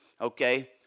Okay